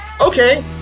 Okay